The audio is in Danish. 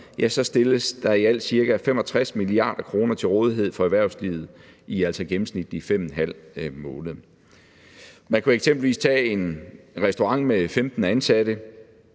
måneder stilles der i alt ca. 65 mia. kr. til rådighed for erhvervslivet i altså gennemsnitligt 5½ måned. Man kunne eksempelvis tage en restaurant med 15 ansatte.